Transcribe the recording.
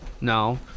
No